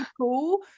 cool